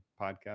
podcast